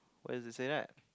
where does it say that